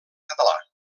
català